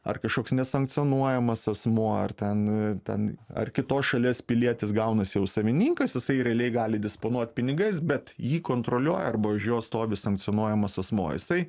ar kažkoks ne sankcionuojamas asmuo ar ten ten ar kitos šalies pilietis gaunasi jau savininkas jisai realiai gali disponuot pinigais bet jį kontroliuoja arba už jo stovi sankcionuojamas asmuo jisai